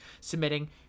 submitting